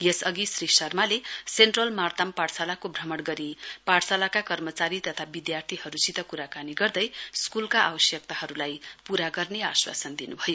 यसअधि श्री शर्माले सेन्ट्रल मार्तम पाठशालाको भ्रमण गरी पाठशालाका कर्मचारी तथा विधार्थीहरूसित कुराकानी गर्दै स्कूलका आवश्यक्ताहरूलाई पूरा गर्ने आश्वासन दिनुभयो